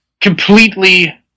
completely